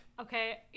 okay